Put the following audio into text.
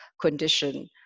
condition